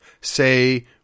say